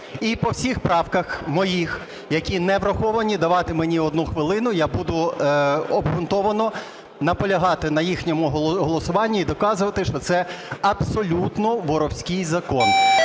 І по всіх правках моїх, які не враховані, давати мені одну хвилину, я буду обґрунтовано наполягати на їхньому голосуванні і доказувати, що це абсолютно "воровський" закон.